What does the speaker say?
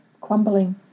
crumbling